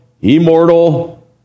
immortal